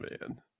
man